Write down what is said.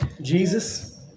Jesus